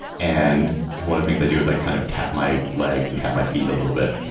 and one of things i do is like kind of tap my legs and tap my feet a little bit.